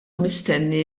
mistenni